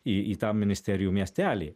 į į tą ministerijų miestelį